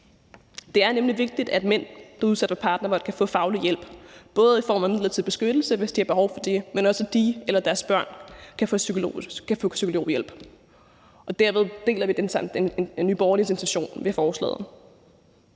Det er nemlig vigtigt, at mænd, der bliver udsat for partnervold, kan få faglig hjælp, både i form af midlertidig beskyttelse, hvis de har behov for det, men også at de og deres børn kan få psykologhjælp. Derved deler vi Nye Borgerliges intention med forslaget.